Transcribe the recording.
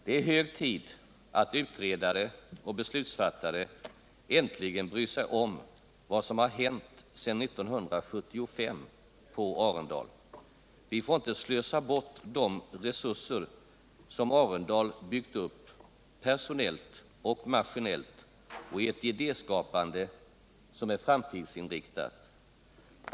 Det är hög tid att utredare och beslutsfattare äntligen bryr sig om vad som hänt sedan 1975 på Arendal. Vi får inte slösa bort de resurser som Arendal byggt upp personellt och maskinellt och i ett idéskapande som är framtidsinriktat.